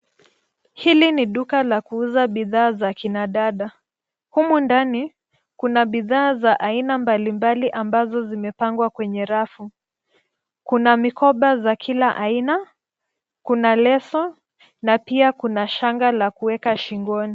Hili ni duka la kuuza bidhaa za kinadada. Humu ndani, kuna bidhaa za aina mbalimbali ambazo zimepangwa kwenye rafu. Kuna mikoba za kila aina, kuna leso na pia kuna shanga la kueka shingoni.